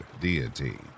deity